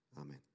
Amen